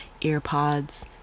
Earpods